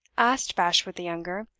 asked bashwood the younger,